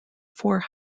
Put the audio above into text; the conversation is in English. four